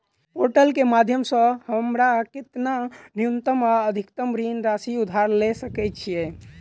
Portal केँ माध्यम सऽ हमरा केतना न्यूनतम आ अधिकतम ऋण राशि उधार ले सकै छीयै?